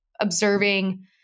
observing